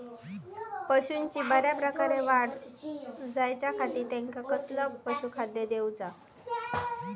पशूंची बऱ्या प्रकारे वाढ जायच्या खाती त्यांका कसला पशुखाद्य दिऊचा?